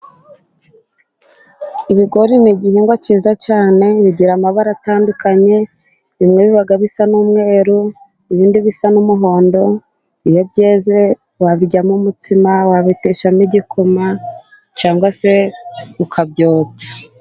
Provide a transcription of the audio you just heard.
Ibigori ni igihingwa cyiza cyane, bigira amabara atandukanye, bimwe biba bisa n'umweru ibindi bisa n'umuhondo, iyo byeze wabiryamo umutsima wabeteshamo igikoma cyangwa se ukabyotsa.